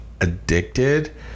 addicted